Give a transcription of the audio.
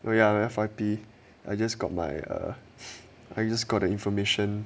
oh ya F_Y_P I just got my err I just got my information